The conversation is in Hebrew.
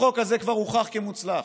החוק הזה כבר הוכח כמוצלח.